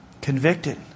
Convicted